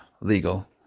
legal